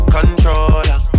Controller